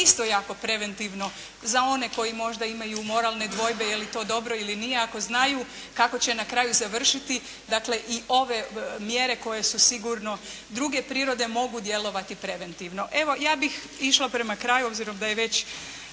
isto jako preventivno za one koji možda imaju moralne dvojbe je li to dobro ili nije ako znaju kako će na kraju završiti dakle i ove mjere koje su sigurno druge prirode mogu djelovati preventivno. Evo, ja bih išla prema kraju obzirom da je već